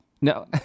no